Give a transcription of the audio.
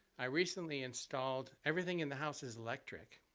i recently installed, everything in the house is electric,